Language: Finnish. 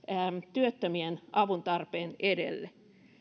työttömien avuntarpeen edelle